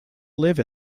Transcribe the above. live